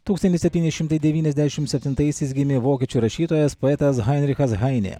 tūkstantis septyni šimtai devyniasdešim septintaisiais gimė vokiečių rašytojas poetas hainrichas hainė